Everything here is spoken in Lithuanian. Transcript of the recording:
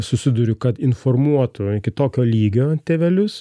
susiduriu kad informuotų iki tokio lygio tėvelius